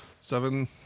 seven